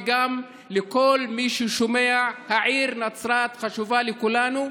וגם לכל מי ששומע: העיר נצרת חשובה לכולנו,